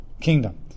kingdom